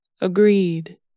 agreed